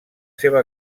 seva